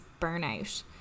burnout